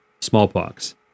smallpox